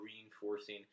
reinforcing